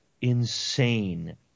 insane